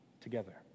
together